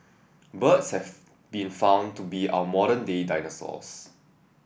birds have been found to be our modern day dinosaurs